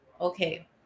okay